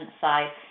side